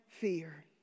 fear